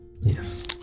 Yes